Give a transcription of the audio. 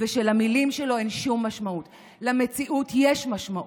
ושלמילים שלו אין שום משמעות: למציאות יש משמעות,